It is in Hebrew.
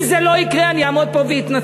אם זה לא יקרה אני אעמוד פה ואתנצל.